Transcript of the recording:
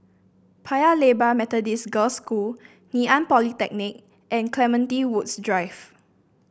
Paya Lebar Methodist Girls School Ngee Ann Polytechnic and Clementi Woods Drive